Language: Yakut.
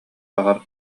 баҕарар